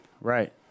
Right